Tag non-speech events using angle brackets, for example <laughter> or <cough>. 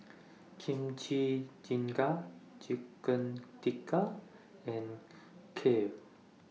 <noise> Kimchi Jjigae Chicken Tikka and Kheer